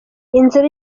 inzira